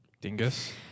dingus